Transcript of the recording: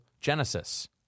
genesis